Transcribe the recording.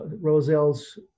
Roselle's